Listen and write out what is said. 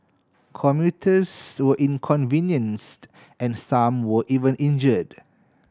commuters were inconvenienced and some were even injured